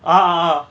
uh uh uh